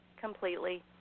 completely